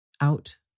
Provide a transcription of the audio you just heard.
Out